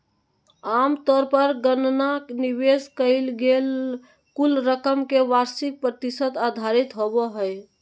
आमतौर पर गणना निवेश कइल गेल कुल रकम के वार्षिक प्रतिशत आधारित होबो हइ